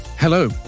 Hello